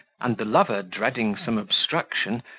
and the lover, dreading some obstruction,